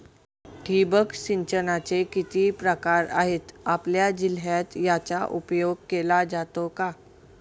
ठिबक सिंचनाचे किती प्रकार आहेत? आपल्या जिल्ह्यात याचा उपयोग केला जातो का?